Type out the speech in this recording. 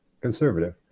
conservative